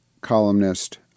columnist